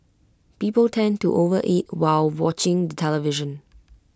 people tend to overeat while watching the television